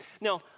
Now